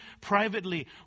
privately